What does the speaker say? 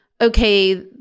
okay